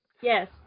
Yes